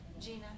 Gina